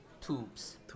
tubes